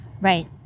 Right